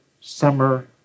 summer